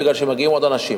כי מגיעים עוד אנשים.